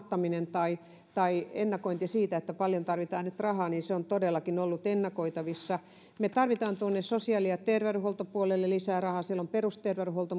tilanteen eräänlainen romahtaminen tai ennakointi siitä paljonko tarvitaan nyt rahaa on todellakin ollut ennakoitavissa me tarvitsemme sosiaali ja terveydenhuoltopuolelle lisää rahaa siellä on perusterveydenhuolto